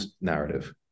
narrative